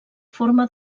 forma